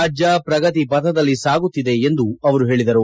ರಾಜ್ಯ ಪ್ರಗತಿ ಪಥದಲ್ಲಿ ಸಾಗುತ್ತಿದೆ ಎಂದು ಅವರು ಹೇಳಿದರು